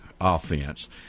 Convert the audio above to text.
offense